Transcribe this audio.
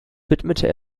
widmete